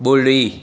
ॿुड़ी